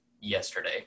yesterday